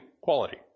quality